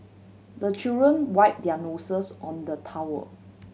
the children wipe their noses on the towel